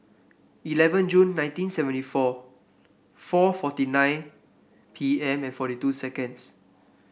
eleven June nineteen seventy four four forty nine P M forty two seconds